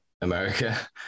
America